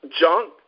junk